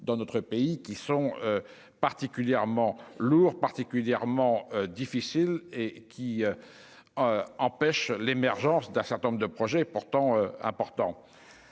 dans notre pays qui sont particulièrement lourd, particulièrement difficile et qui empêche l'émergence d'un certain nombre de projets pourtant important